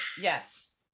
Yes